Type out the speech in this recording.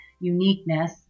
uniqueness